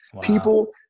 People